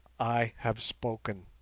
i have spoken